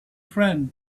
friend